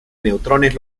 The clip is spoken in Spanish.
neutrones